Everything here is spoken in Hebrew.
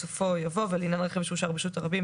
בסופו יבוא "ולעניין רכב שהושאר ברשות הרבים,